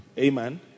Amen